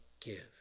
give